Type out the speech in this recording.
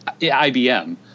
IBM